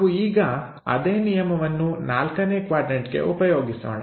ನಾವು ಈಗ ಅದೇ ನಿಯಮವನ್ನು 4 ನೇ ಕ್ವಾಡ್ರನ್ಟ ಗೆ ಉಪಯೋಗಿಸೋಣ